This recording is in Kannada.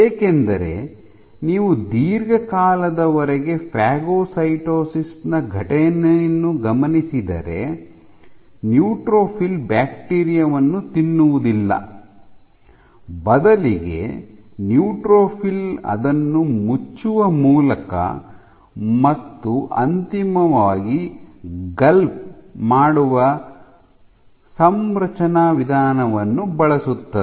ಏಕೆಂದರೆ ನೀವು ದೀರ್ಘಕಾಲದವರೆಗೆ ಫಾಗೊಸೈಟೋಸಿಸ್ ನ ಘಟನೆಯನ್ನು ಗಮನಿಸಿದರೆ ನ್ಯೂಟ್ರೋಫಿಲ್ ಬ್ಯಾಕ್ಟೀರಿಯಾ ವನ್ನು ತಿನ್ನುವುದಿಲ್ಲ ಬದಲಿಗೆ ನ್ಯೂಟ್ರೋಫಿಲ್ ಅದನ್ನು ಮುಚ್ಚುವ ಮೂಲಕ ಮತ್ತು ಅಂತಿಮವಾಗಿ ಗಲ್ಪ್ ಮಾಡುವ ಸಂರಚನಾ ವಿಧಾನವನ್ನು ಬಳಸುತ್ತದೆ